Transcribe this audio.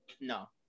no